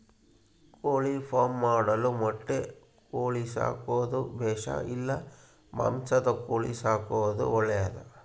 ಕೋಳಿಫಾರ್ಮ್ ಮಾಡಲು ಮೊಟ್ಟೆ ಕೋಳಿ ಸಾಕೋದು ಬೇಷಾ ಇಲ್ಲ ಮಾಂಸದ ಕೋಳಿ ಸಾಕೋದು ಒಳ್ಳೆಯದೇ?